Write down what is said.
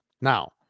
Now